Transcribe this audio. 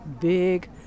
big